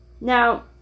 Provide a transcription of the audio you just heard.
Now